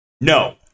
No